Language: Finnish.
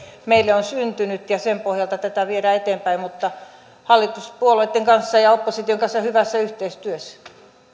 meille on syntynyt ja sen pohjalta tätä viedään eteenpäin hallituspuolueitten ja opposition kanssa hyvässä yhteistyössä